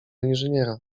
inżyniera